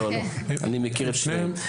אני מכיר את שניהם.